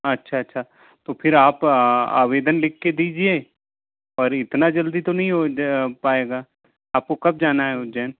अच्छा अच्छा तो फिर आप आवेदन लिख कर दीजिए और इतना जल्दी तो नहीं हो ज पाएगा आपको कब जाना है उज्जैन